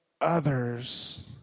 others